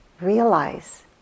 realize